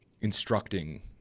instructing